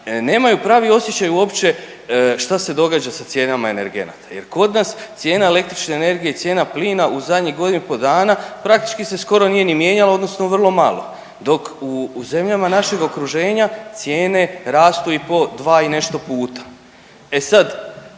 nemaju pravi osjećaj uopće šta se događa sa cijenama energenata jer kod nas cijena električne energije i cijena plina u zadnjih godinu i po dana praktički se skoro nije ni mijenjala odnosno vrlo malo dok u zemljama našeg okruženja cijene rastu i po dva i nešto puta. E sad,